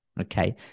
okay